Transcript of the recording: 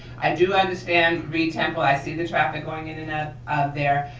i do understand reid temple, i see the traffic going in and out of there.